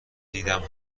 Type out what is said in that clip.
دیدم